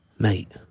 Mate